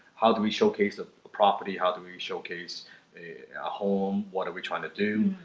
how do we showcase a property? how do we showcase a home? what are we trying to do?